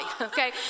Okay